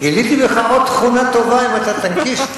גיליתי עליך עוד תכונה טובה אם אתה טנקיסט,